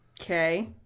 Okay